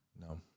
no